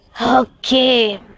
okay